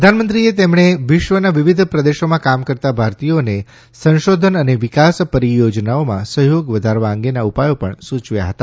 પ્રધાનમંત્રીએ તેમણે વિશ્વના વિવિધ પ્રેદેશોમાં કામ કરતા ભારતીયોને સંશોધન અને વિકાસ પરિયોજનાઓમાં સહયોગ વધારવા અંગેના ઉપાયો પણ સૂચવ્યા હતા